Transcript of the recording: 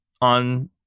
on